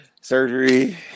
Surgery